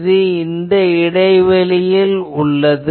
இது இடைவெளியில் உள்ளது